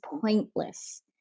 pointless